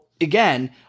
again